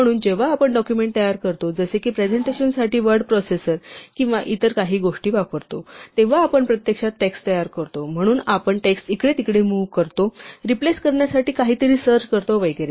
म्हणून जेव्हा आपण डॉक्युमेंट तयार करतो जसे की प्रेझेन्टेशनसाठी वर्ड प्रोसेसर किंवा इतर काही गोष्टी वापरतो तेव्हा आपण प्रत्यक्षात टेक्स्ट तयार करतो म्हणून आपण टेक्स्ट इकडे तिकडे मुव्ह करतो रिप्लेस करण्यासाठी काहीतरी सर्च करतो वगैरे